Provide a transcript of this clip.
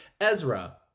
Ezra